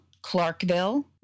Clarkville